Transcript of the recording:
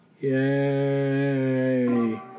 Yay